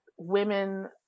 women